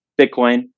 Bitcoin